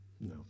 No